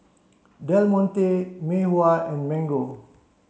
Del Monte Mei Hua and Mango